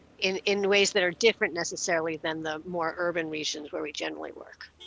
in in ways that are different necessarily than the more urban regions where we generally work.